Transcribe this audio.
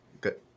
Good